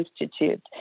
institute